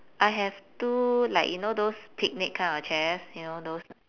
I have two like you know those picnic kind of chairs you know those